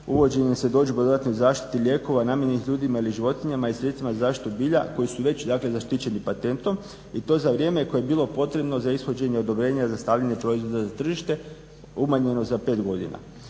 uvođenjem svjedodžbe o dodatnoj zaštiti lijekova namijenjenih ljudima ili životinjama i sredstvima za zaštitu bilja koji su već dakle zaštićeni patentom i to za vrijeme koje je bilo potrebno za ishođenje odobrenja za stavljanje proizvoda na tržište umanjeno za 5 godina.